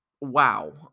wow